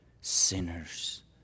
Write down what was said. sinners